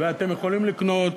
ו"ואתם יכולים לקנות",